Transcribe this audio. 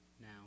now